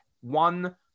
one